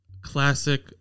classic